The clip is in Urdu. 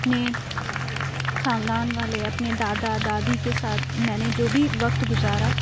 اپنے خاندان والے اپنے دادا دادی کے ساتھ میں نے جو بھی وقت گزارا